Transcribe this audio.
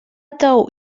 tou